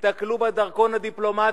תסתכלו בדרכון הדיפלומטי,